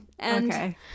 Okay